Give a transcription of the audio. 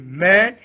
Amen